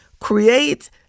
create